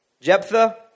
Jephthah